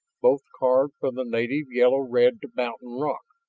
both carved from the native yellow-red mountain rock.